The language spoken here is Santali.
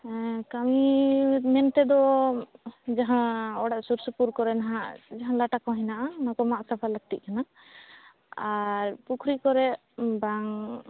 ᱠᱟᱹᱢᱤ ᱢᱮᱱ ᱛᱮᱫᱚ ᱡᱟᱦᱟᱸ ᱚᱲᱟᱜ ᱥᱩᱨ ᱥᱩᱯᱩᱨ ᱠᱚᱨᱮ ᱱᱟᱦᱟᱜ ᱡᱟᱦᱟᱸ ᱞᱟᱴᱟ ᱠᱚ ᱦᱮᱱᱟᱜᱼᱟ ᱚᱱᱟ ᱠᱚ ᱢᱟᱜᱽ ᱥᱟᱯᱷᱟ ᱞᱟᱹᱠᱛᱤᱜ ᱠᱟᱱᱟ ᱟᱨ ᱯᱩᱠᱷᱩᱨᱤ ᱠᱚᱨᱮ ᱵᱟᱝ